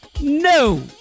No